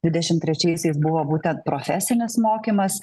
dvidešimt trečiaisiais buvo būtent profesinis mokymas